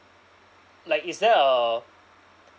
like is there a